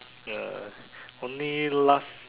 uh only last